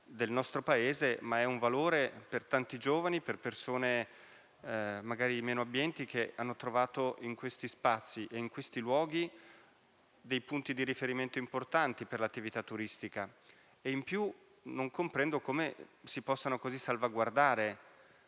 del nostro Paese, ma è un valore per tanti giovani e per le persone meno abbienti, che hanno trovato in questi spazi e in questi luoghi dei punti di riferimento importanti per l'attività turistica. Non comprendo inoltre come si possano salvaguardare